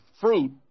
fruit